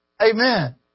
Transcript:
Amen